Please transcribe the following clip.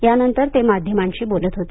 यानंतर ते माध्यमांशी बोलत होते